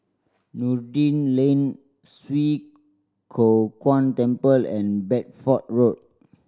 Noordin Lane Swee Kow Kuan Temple and Bedford Road